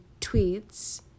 tweets